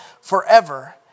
forever